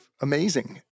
amazing